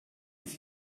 des